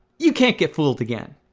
you can't get fooled again